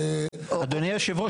אדוני יושב הראש,